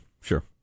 sure